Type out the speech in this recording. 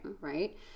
right